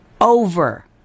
Over